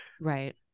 Right